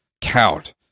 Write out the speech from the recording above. count